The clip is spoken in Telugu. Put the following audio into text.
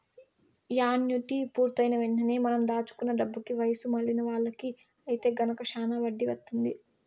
యాన్యుటీ పూర్తయిన వెంటనే మనం దాచుకున్న డబ్బుకి వయసు మళ్ళిన వాళ్ళకి ఐతే గనక శానా వడ్డీ వత్తుంది